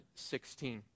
16